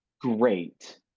great